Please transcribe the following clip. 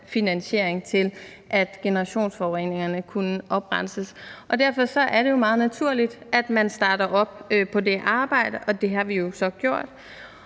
finansiering til, at generationsforureningerne kunne opremses. Derfor er det jo meget naturligt, at man starter op på det arbejde, og det har vi så gjort.